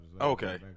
Okay